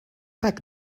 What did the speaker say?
pack